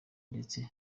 ndetse